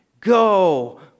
Go